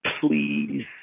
please